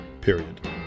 period